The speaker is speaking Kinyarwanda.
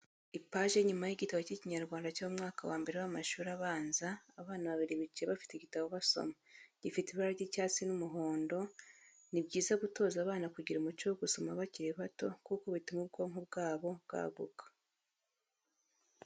Ipaji y'inyuma y'igitabo cy'Ikinyarwanda cyo mu mwaka wa mbere w'amashuri abanza, abana babiri bicaye bafite igitabo basoma, gifite ibara ry'icyatsi n'umuhondo, ni byiza gutoza abana kugira umuco wo gusoma bakiri bato kuko bituma ubwonko bwabo bwaguka.